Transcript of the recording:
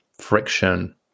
friction